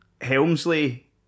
Helmsley